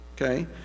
okay